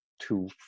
two